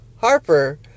Harper